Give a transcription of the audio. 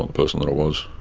um person that i was